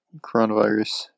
coronavirus